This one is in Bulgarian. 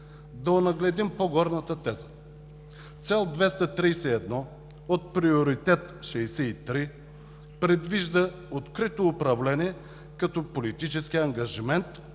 Да онагледим по-горната теза. Цел 231 от Приоритет 63 предвижда открито управление като политически ангажимент,